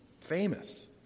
famous